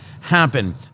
happen